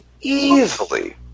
easily